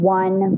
one